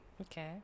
okay